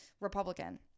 Republican